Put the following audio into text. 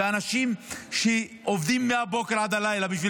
והאנשים שעובדים מהבוקר ועד הלילה בשביל